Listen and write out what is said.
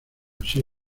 así